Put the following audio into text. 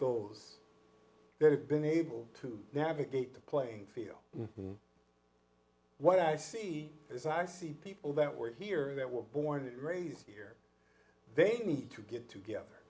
those that have been able to navigate the playing field what i see as i see people that were here that were born and raised here they need to get together